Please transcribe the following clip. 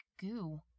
goo